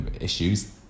issues